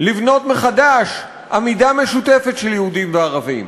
לבנות מחדש עמידה משותפת של יהודים וערבים,